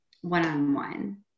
one-on-one